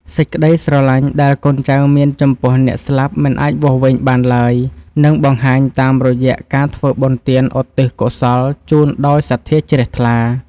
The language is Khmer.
សេចក្តីស្រឡាញ់ដែលកូនចៅមានចំពោះអ្នកស្លាប់មិនអាចវាស់វែងបានឡើយ និងបង្ហាញតាមរយៈការធ្វើបុណ្យទានឧទ្ទិសកុសលជូនដោយសទ្ធាជ្រះថ្លា។